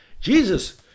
Jesus